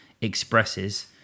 expresses